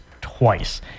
twice